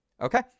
Okay